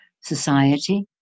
society